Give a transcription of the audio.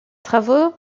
travaux